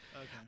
Okay